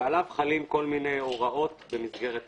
ועליו חלות כל מיני הוראות במסגרת החוק.